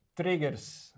triggers